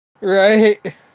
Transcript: Right